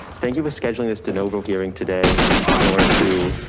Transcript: thank you for scheduling this denovo hearing today in order to.